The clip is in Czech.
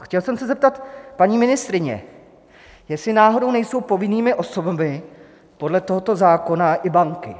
Chtěl jsem se zeptat paní ministryně, jestli náhodou nejsou povinnými osobami podle tohoto zákona i banky.